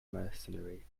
mercenary